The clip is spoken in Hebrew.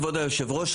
כבוד היושב ראש,